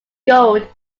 gold